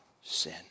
sin